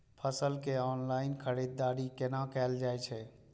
फसल के ऑनलाइन खरीददारी केना कायल जाय छै?